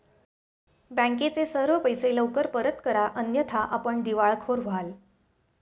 बँकेचे सर्व पैसे लवकर परत करा अन्यथा आपण दिवाळखोर व्हाल